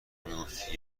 میگفتی